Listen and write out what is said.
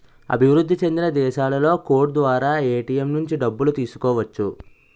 అభివృద్ధి చెందిన దేశాలలో కోడ్ ద్వారా ఏటీఎం నుంచి డబ్బులు తీసుకోవచ్చు